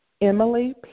Emily